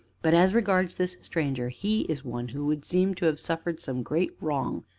but, as regards this stranger, he is one who would seem to have suffered some great wrong,